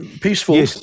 peaceful